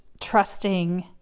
trusting